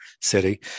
city